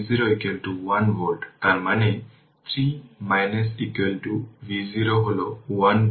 সুতরাং এটি 32 ampere current